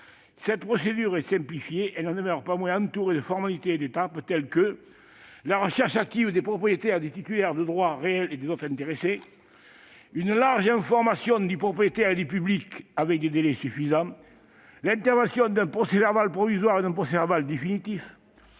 cette procédure est simplifiée, elle n'en demeure pas moins entourée de formalités et d'étapes telles que : la recherche active des propriétaires, des titulaires de droits réels et des autres intéressés ; une large information du propriétaire et du public dans des délais suffisants ; l'établissement d'un procès-verbal provisoire et d'un procès-verbal définitif